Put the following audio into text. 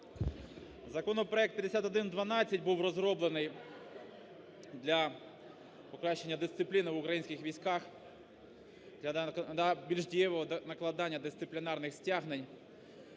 Законопроект 5112 був розроблений для покращення дисципліни в українських військах, для більш дієвого накладання дисциплінарних стягнень